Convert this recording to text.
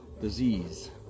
disease